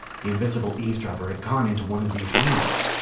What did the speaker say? the invisible eavesdropper had gone into one of these rooms!